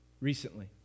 recently